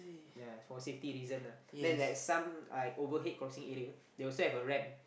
yea it's for safety reason lah then like some like overhead crossing area they also have a ramp